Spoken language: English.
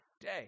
day